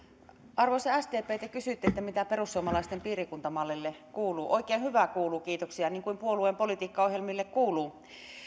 arvoisa sdp te kysyitte mitä perussuomalaisten piirikuntamallille kuuluu oikein hyvää kuuluu kiitoksia niin kuin puolueen politiikkaohjelmille kuuluu